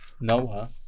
Noah